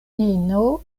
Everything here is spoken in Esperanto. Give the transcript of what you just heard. ino